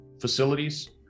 facilities